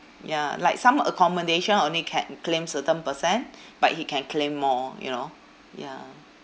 ya like some accommodation only can claim certain percent but he can claim more you know ya